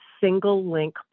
single-link